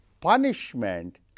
punishment